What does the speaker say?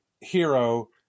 hero